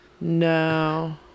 no